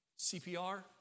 CPR